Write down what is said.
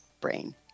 Brain